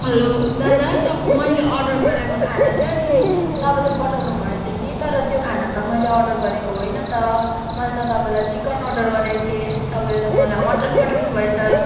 hello दादा तप् मैले अर्डर गरेको खाना थियो नि तपाईँले पठाउनु भएछ कि तर यो खाना त मैले अर्डर गरेको होइन त मैले त तपाईँलाई चिकन अर्डर गरेको थिएँ तपाईँले त मलाई मटन पठाउनुभएछ